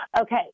okay